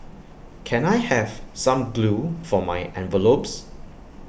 can I have some glue for my envelopes